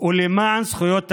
ולמען זכויות אדם,